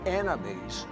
enemies